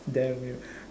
damn you